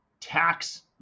tax